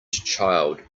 child